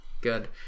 good